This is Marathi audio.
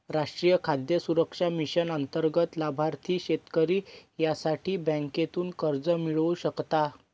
राष्ट्रीय खाद्य सुरक्षा मिशन अंतर्गत लाभार्थी शेतकरी यासाठी बँकेतून कर्ज मिळवू शकता